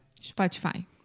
Spotify